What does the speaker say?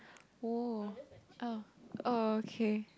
oh ah oh okay